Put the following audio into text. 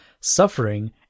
suffering